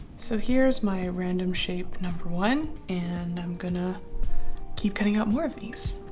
so here's my random shape number one and i'm gonna keep cutting up more of these.